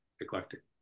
eclectic